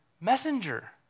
messenger